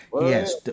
Yes